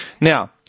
Now